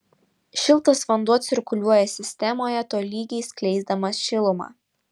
šiltas vanduo cirkuliuoja sistemoje tolygiai skleisdamas šilumą